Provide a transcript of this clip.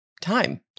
time